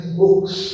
books